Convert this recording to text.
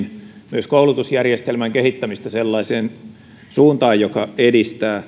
myös koulutusjärjestelmän kehittämistä sellaiseen suuntaan joka edistää